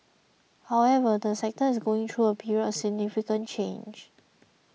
however the sector is going through a period of significant change